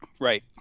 Right